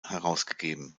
herausgegeben